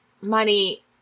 money